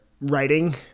writing